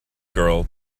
girl